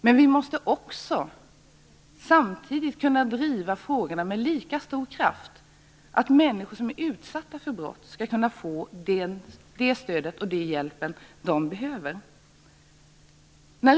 Samtidigt måste vi med lika stor kraft kunna driva frågan att människor som varit utsatta för brott skall kunna få det stöd och den hjälp de behöver.